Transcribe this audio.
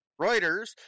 Reuters